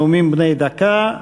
נאומים בני דקה.